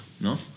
No